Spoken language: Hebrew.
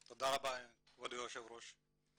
תודה רבה כבוד היושב ראש.